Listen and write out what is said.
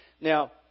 Now